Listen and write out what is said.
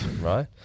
right